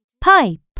Pipe